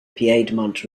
piedmont